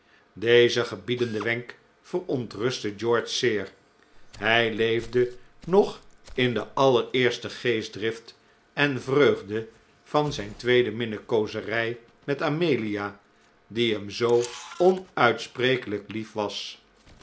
deze gebiedende wenk verontrustte george zeer hij leefde nog in de allereerste geestdrift en vreugde van zijn tweede minnekoozerij met amelia die hem zoo onuitsprekelijk lief was